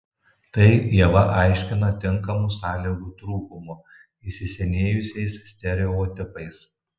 tai ieva aiškina tinkamų sąlygų trūkumu įsisenėjusiais stereotipais